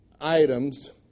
items